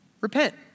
Repent